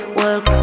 work